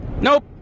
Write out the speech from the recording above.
Nope